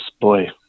boy